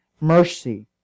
Mercy